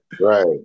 Right